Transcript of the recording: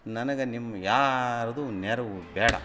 ನನಗೆ ನಿಮ್ಮ ಯಾರದ್ದೂ ನೆರವು ಬೇಡ